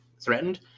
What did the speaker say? threatened